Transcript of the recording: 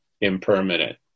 impermanent